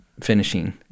finishing